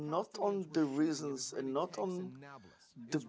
not on the results and not on th